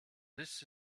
this